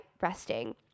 resting